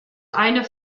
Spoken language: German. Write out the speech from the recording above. eine